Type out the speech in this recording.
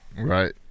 Right